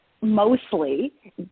mostly